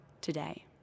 today